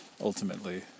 Ultimately